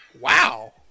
Wow